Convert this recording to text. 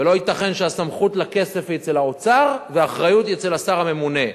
ולא ייתכן שהסמכות לכסף היא אצל האוצר והאחריות היא אצל השר הממונה.